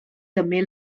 ymyl